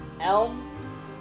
Elm